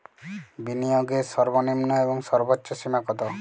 বিনিয়োগের সর্বনিম্ন এবং সর্বোচ্চ সীমা কত?